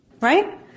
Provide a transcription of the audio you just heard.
Right